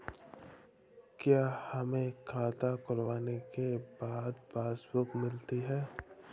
क्या हमें खाता खुलवाने के बाद पासबुक मिलती है?